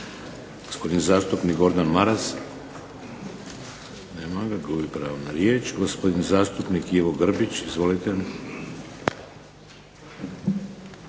Gospodin zastupnik Gordan Maras. Nema ga, gubi pravo na riječ. Gospodin zastupnik Ivo Grbić, izvolite.